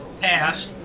passed